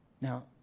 Now